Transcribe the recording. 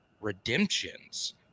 Redemptions